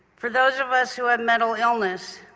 for those of us who have mental illness,